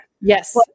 Yes